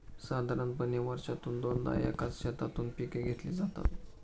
साधारणपणे वर्षातून दोनदा एकाच शेतातून पिके घेतली जातात